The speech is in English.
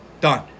done